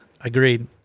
Agreed